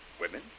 Women